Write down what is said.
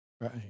Right